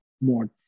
more